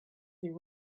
there